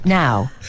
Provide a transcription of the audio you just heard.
now